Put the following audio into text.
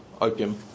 opium